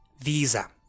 visa